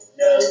no